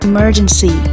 Emergency